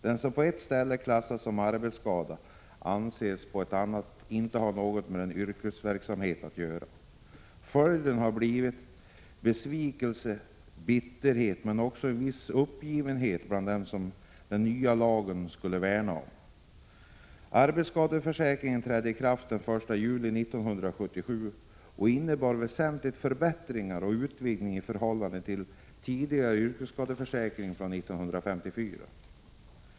Det som på ett ställe klassas som arbetsskada anses på ett annat inte ha något med yrkesverksamheten att göra. Följden har blivit besvikelse och bitterhet men också viss uppgivenhet bland dem som den nya lagen skulle värna om. Arbetsskadeförsäkringen trädde i kraft den 1 juli 1977 och innebar väsentliga förbättringar och utvidgningar i förhållande till den tidigare yrkesskadeförsäkringslagen från 1954.